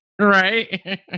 Right